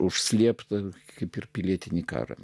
užslėpta kaip ir pilietinį karą